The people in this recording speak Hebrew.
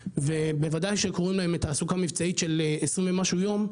ובוודאי שקוראים להם לתעסוקה מבצעית של 20 ומשהו ימים,